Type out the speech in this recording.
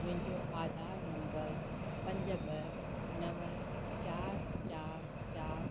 मुंहिंजो आधार नंबर पंज ॿ नव चारि चारि चारि